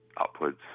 upwards